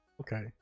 okay